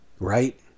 Right